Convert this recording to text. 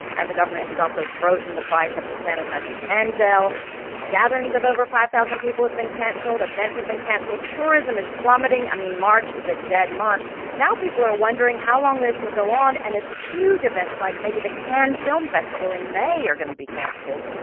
and the government government has also frozen the price of the sanitizing hand gel gatherings of over five thousand people have been cancelled. events have been canceled. tourism is plummeting. i mean, march is a dead month. now people are wondering how long this will go on and if huge events, like maybe the cannes film festival in may, are going to be canceled.